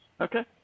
Okay